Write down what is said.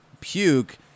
puke